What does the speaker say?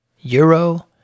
Euro